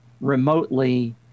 remotely